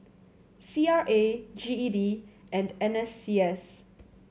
C R A G E D and N S C S